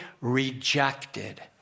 rejected